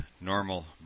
normal